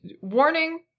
warning